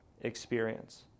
experience